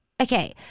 okay